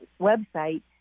website